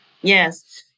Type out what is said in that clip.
Yes